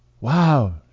Wow